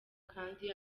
kandi